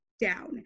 down